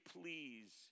please